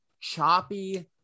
choppy